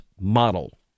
model